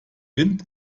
wind